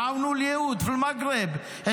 על הדברים הטובים שעשו ליהודי מרוקו כדי